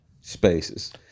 spaces